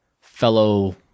fellow